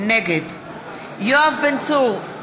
נגד יואב בן צור,